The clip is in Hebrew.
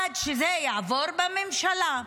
עד שזה יעבור בממשלה.